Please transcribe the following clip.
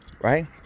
Right